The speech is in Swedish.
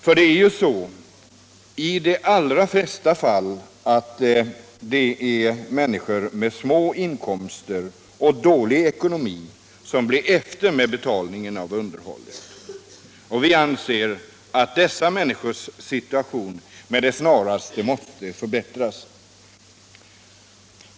För det är ju så i de allra flesta fall att det är människor med små inkomster och en dålig ekonomi som blir efter med betalningen av underhåll. Vi anser att dessa människors situation med det snaraste måste förbättras.